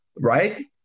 Right